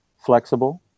flexible